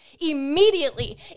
immediately